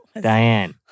Diane